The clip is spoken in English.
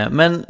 men